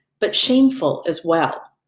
but shameful as well.